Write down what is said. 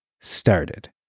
started